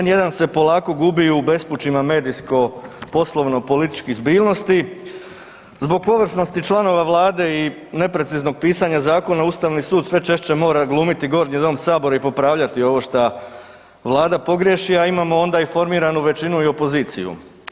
N1 se polako gubi u bespućima medijsko-poslovno-političkih zbiljnosti zbog površnosti članova Vlade i nepreciznog pisanja zakona, Ustavi sud sve češće mora glumiti gornji dom Sabora i popravljati ovo što Vlada pogriješi, a imamo onda i formiranu većinu i opoziciju.